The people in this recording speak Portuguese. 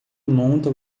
monta